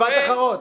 משפט אחרון.